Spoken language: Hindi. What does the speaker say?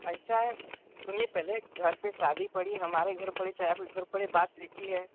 ऐसा है सुनिये पहले घर में शादी पड़ी हमारे घर पड़े चाहे आपके घर पड़े बात एक ही है